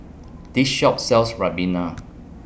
This Shop sells Ribena